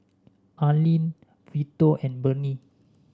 Alene Vito and Burney